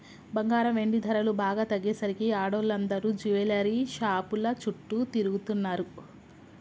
బంగారం, వెండి ధరలు బాగా తగ్గేసరికి ఆడోళ్ళందరూ జువెల్లరీ షాపుల చుట్టూ తిరుగుతున్నరు